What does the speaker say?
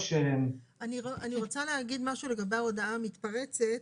אני רוצה להגיד משהו לגבי ההודעה המתפרצת.